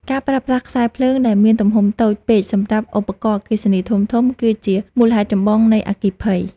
ការប្រើប្រាស់ខ្សែភ្លើងដែលមានទំហំតូចពេកសម្រាប់ឧបករណ៍អគ្គិសនីធំៗ គឺជាមូលហេតុចម្បងនៃអគ្គិភ័យ។